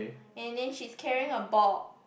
and then she's carrying a ball